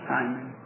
Simon